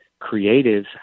creatives